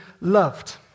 loved